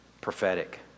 prophetic